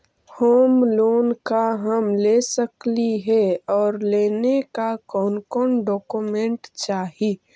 Home loan का हम ले सकली हे, और लेने ला कोन कोन डोकोमेंट चाही?